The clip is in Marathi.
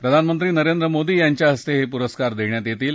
प्रधानमंत्री नरेंद्र मोदी यांच्याहस्ते हे पुरस्कार देण्यात येतील